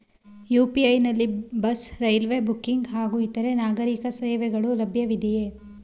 UPI ನಲ್ಲಿ bus, railway booking ಹಾಗೂ ಇತರೆ ನಾಗರೀಕ ಸೇವೆಗಳು ಲಭ್ಯವಿದೆಯೇ?